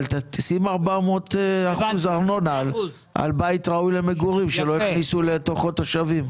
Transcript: אבל תשים 400% ארנונה על בית ראוי למגורים שלא הכניסו לתוכו תושבים.